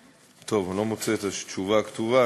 אני לא מוצא את התשובה הכתובה,